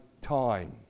time